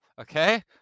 Okay